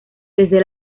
desde